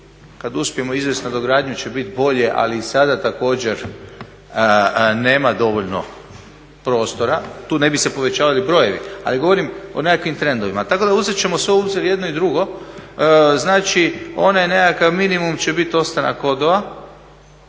kada uspijemo izvesti nadogradnju će biti bolje, ali sada također nema dovoljno prostora. Tu se ne bi povećavali brojevi ali govorim o nekakvim trendovima. Tako da ćemo uzeti sve u obzir i jedno i drugo. Znači onaj nekakav minimum će biti ostanak